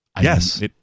Yes